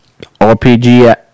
RPG